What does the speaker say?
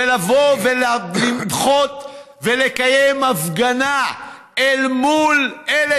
לבוא ולמחות ולקיים הפגנה אל מול אלה